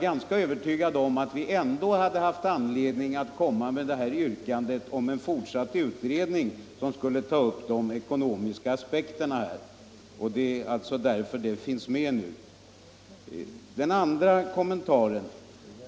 Men jag är övertygad om att vi ändå hade haft anledning att yrka på en fortsatt utredning om de ekonomiska aspekterna. Det är alltså därför reservationen kommit till.